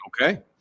Okay